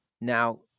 Now